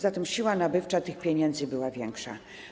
Zatem siła nabywcza tych pieniędzy była większa.